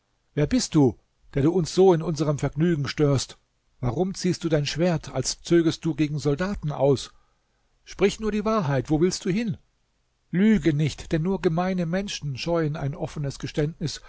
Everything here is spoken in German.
wer bist du der du uns so in unserm vergnügen störst warum ziehst du dein schwert als zögest du gegen soldaten aus sprich nur die wahrheit wo willst du hin lüge nicht denn nur gemeine menschen scheuen ein offenes geständnis